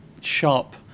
sharp